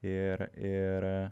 ir ir